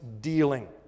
dealing